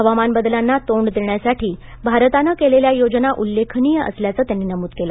हवामान बदलांना तोंड देण्यासाठी भारतानं केलेल्या योजना उल्लेखनीय असल्याचं त्यांनी नमूद केलं